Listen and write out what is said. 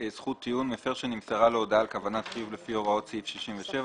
טיעון מפר שנמסרה לו הודעה על כוונת חיוב לפי ה וראות סעיף 67,